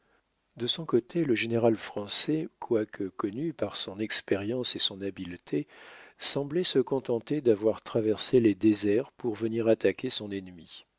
de son côté le général français quoique connu par son expérience et son habileté semblait se contenter d'avoir traversé les déserts pour venir attaquer son ennemi